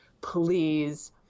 please